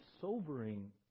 sobering